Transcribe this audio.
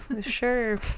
sure